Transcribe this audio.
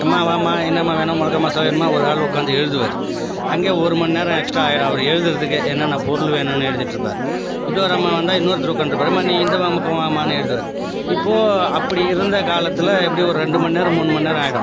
அம்மா வாம்மா என்னம்மா வேணும் மிளகா மசாலா வேணுமா ஒரு ஆள் உக்கார்ந்து எழுதுவார் அங்கே ஒருமணி நேரம் எக்ஸ்ட்ரா ஆகிடும் அவர் எழுதறத்துக்கே என்னென்ன பொருள் வேணும்னு எழுதிட்டிருப்பாரு இன்னொரும்மா வந்தால் இன்னொருத்தர் உக்காண்ட்டிருப்பாரு அம்மா நீ இந்தவா பக்கம் வாம்மான்னு எழுதுவார் இப்போ அப்படி இருந்த காலத்தில் எப்படியும் ஒரு ரெண்டு மணி நேரம் மூணு மணி நேரம் ஆகிடும்